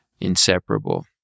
inseparable